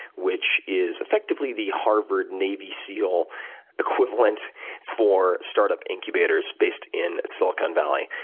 which is effectively the harvard navy seal equivalent for startup incubators based in silicon valley.